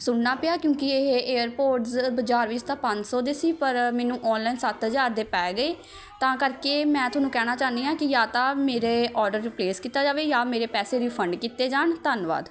ਸੁਣਨਾ ਪਿਆ ਕਿਉਂਕਿ ਇਹ ਏਅਰਪੋਰਡਸ ਬਜ਼ਾਰ ਵਿੱਚ ਤਾਂ ਪੰਜ ਸੌ ਦੇ ਸੀ ਪਰ ਮੈਨੂੰ ਔਨਲਾਈਨ ਸੱਤ ਹਜ਼ਾਰ ਦੇ ਪੈ ਗਏ ਤਾਂ ਕਰਕੇ ਮੈਂ ਤੁਹਾਨੂੰ ਕਹਿਣਾ ਚਾਹੁੰਦੀ ਹਾਂ ਕਿ ਜਾਂ ਤਾਂ ਮੇਰੇ ਔਡਰ ਰਿਪਲੇਸ ਕੀਤਾ ਜਾਵੇ ਜਾਂ ਮੇਰੇ ਪੈਸੇ ਰਿਫੰਡ ਕੀਤੇ ਜਾਣ ਧੰਨਵਾਦ